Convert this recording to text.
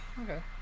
Okay